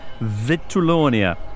Vitulonia